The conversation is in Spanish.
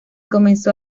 comenzó